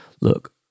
Look